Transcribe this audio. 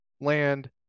land